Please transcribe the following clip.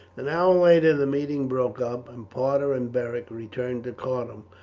an hour later the meeting broke up, and parta and beric returned to cardun,